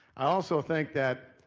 i also think that,